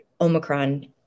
Omicron